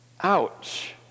ouch